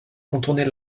contourner